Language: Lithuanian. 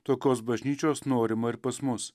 tokios bažnyčios norima ir pas mus